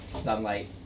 sunlight